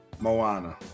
Moana